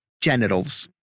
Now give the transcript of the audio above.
genitals